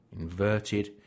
inverted